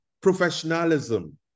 professionalism